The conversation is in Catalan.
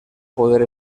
poder